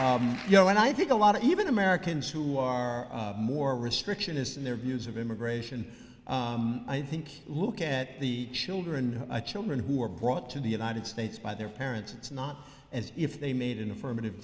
who you know and i think a lot of even americans who are more restrictionist in their views of immigration i think look at the children children who were brought to the united states by their parents it's not as if they made an affirmative